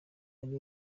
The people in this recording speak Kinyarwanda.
ari